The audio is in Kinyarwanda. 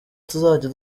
tuzajya